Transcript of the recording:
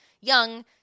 young